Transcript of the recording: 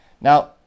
now